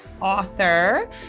author